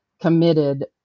committed